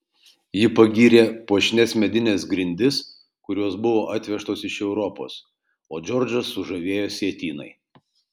ji pagyrė puošnias medines grindis kurios buvo atvežtos iš europos o džordžą sužavėjo sietynai